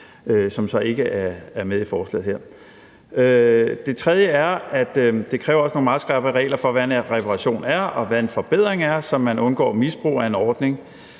som så ikke er med i det her forslag? For det tredje kræver det også nogle meget skrappe regler for, hvad en reparation er, og hvad en forbedring er, så man undgår misbrug af en ordning